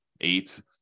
eight